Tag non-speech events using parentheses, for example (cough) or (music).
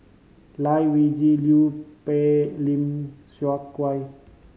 Lai Weijie Liu Peihe Lim Seok (unintelligible)